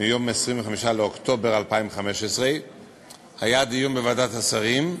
ביום 25 באוקטובר 2015. היה דיון בוועדת השרים,